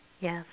yes